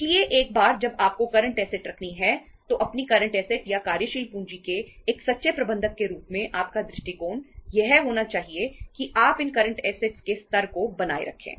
इसलिए एक बार जब आपको करंट ऐसेट के स्तर को बनाए रखें